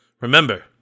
Remember